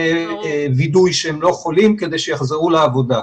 הווידוא שהם לא חולים כדי שיחזרו לעבוד.